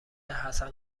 حسن